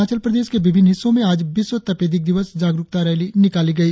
अरुणाचल प्रदेश के विभिन्न हिस्सों में आज विश्व तपेदिक दिवस जागरुकता रैली निकाली गई